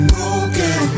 Broken